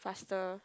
faster